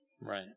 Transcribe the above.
Right